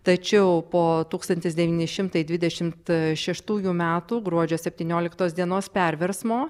tačiau po tūkstantis devyni šimtai dvidešimt šeštųjų metų gruodžio septynioliktos dienos perversmo